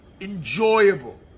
enjoyable